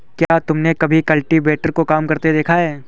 क्या तुमने कभी कल्टीवेटर को काम करते देखा है?